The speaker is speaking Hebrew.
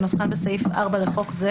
כנוסחן בסעיף 4 לחוק זה